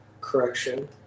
correction